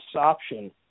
option